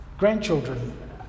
grandchildren